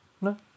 No